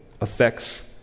affects